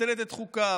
מבטלת את חוקיו,